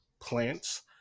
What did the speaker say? plants